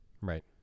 Right